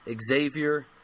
Xavier